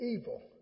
evil